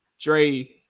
Dre